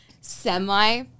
semi